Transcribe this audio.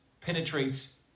penetrates